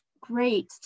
great